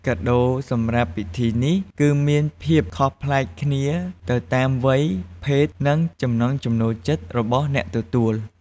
កាដូសម្រាប់ពិធីនេះ គឺមានភាពខុសប្លែកគ្នាទៅតាមវ័យ ភេទ និងចំណង់ចំណូលចិត្តរបស់អ្នកទទួល។